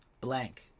blank